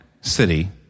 city